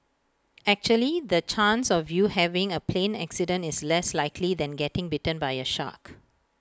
actually the chance of you having A plane accident is less likely than getting bitten by A shark